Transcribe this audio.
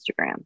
Instagram